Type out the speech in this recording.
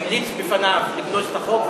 המליץ בפניו לגנוז את החוק,